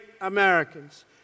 Americans